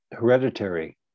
hereditary